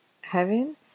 heaven